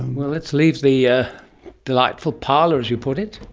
well, let's leave the yeah delightful parlour, as you put it,